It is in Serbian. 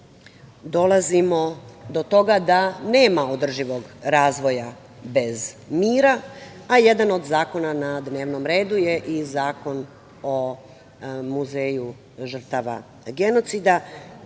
dolazimo do toga da nema održivog razvoja bez mira, a jedan od zakona na dnevnom redu je i Zakon o muzeju žrtava genocida.